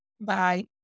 Bye